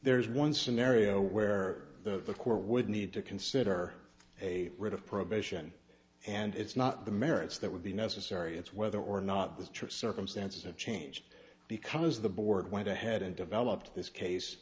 there is one scenario where the court would need to consider a writ of prohibition and it's not the merits that would be necessary it's whether or not the true circumstances have changed because the board went ahead and developed this case